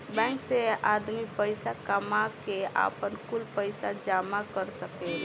bank मे आदमी पईसा कामा के, आपन, कुल पईसा जामा कर सकेलन